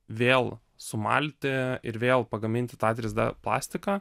vėl sumalti ir vėl pagaminti tą trys d plastiką